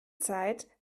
zeit